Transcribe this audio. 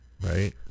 Right